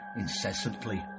incessantly